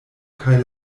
kaj